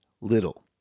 little